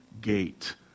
gate